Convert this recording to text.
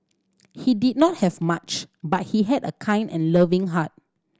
he did not have much but he had a kind and loving heart